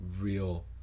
real